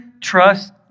trust